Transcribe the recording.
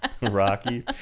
Rocky